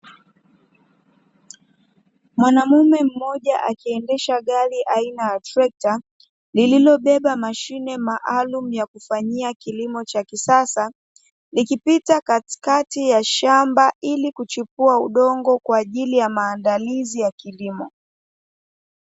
Mwanamume mmoja akiendesha gari aina ya trekta, lililobeba mashine maalumu ya kufanyia kilimo cha kisasa, likipita katikati ya shamba ili kuchipua udongo kwa ajili ya maandalizi ya kilimo.